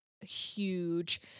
huge